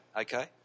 okay